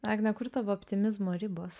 agne kur tavo optimizmo ribos